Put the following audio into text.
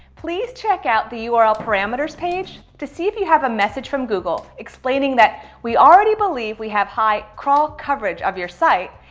please check out the url parameters page to see if you have a message from google explaining that we already believe we have high crawl-coverage of your site.